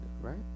right